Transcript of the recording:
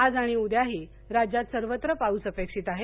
वाज वाणि उद्याही राज्यात सर्वत्र पाऊस अपेक्षित आहे